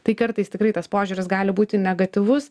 tai kartais tikrai tas požiūris gali būti negatyvus